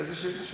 איזו שאילתה שלך?